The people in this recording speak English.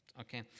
Okay